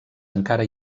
encara